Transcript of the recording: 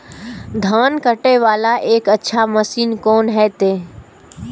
धान कटे वाला एक अच्छा मशीन कोन है ते?